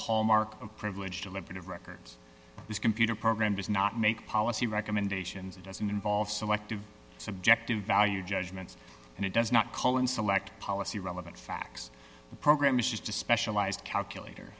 hallmark of privilege deliberative records his computer program does not make policy recommendations it doesn't involve selective subjective value judgments and it does not call and select policy relevant facts the program uses to specialized calculator